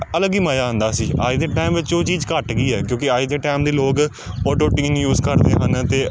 ਅਲੱਗ ਹੀ ਮਜ਼ਾ ਆਉਂਦਾ ਸੀ ਅੱਜ ਦੇ ਟਾਈਮ ਵਿੱਚ ਉਹ ਚੀਜ਼ ਘੱਟ ਗਈ ਹੈ ਕਿਉਂਕਿ ਅੱਜ ਦੇ ਟਾਈਮ ਦੇ ਲੋਕ ਓਡੋਟੀਨ ਯੂਜ਼ ਕਰਦੇ ਹਨ ਅਤੇ